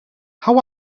how